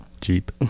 jeep